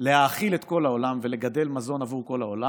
להאכיל את כל העולם ולגדל מזון עבור כל העולם,